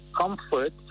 comfort